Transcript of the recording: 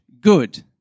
good